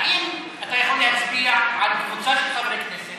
האם אתה יכול להצביע על קבוצה של חברי כנסת